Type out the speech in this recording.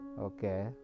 Okay